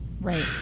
Right